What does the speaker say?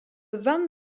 van